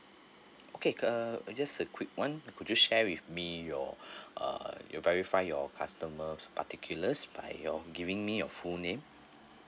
okay uh just a quick one could you share with me your err your verify your customer particulars by your giving me your full name